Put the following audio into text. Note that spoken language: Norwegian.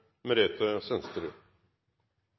med det